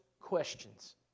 questions